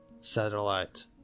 satellite